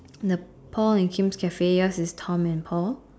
the pond is Kim's cafe yours is Tom and Paul